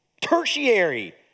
tertiary